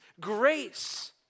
grace